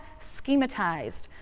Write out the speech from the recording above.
schematized